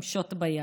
עם שוט ביד".